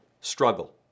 struggle